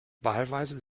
wahlweise